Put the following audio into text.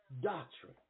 doctrine